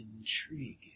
Intriguing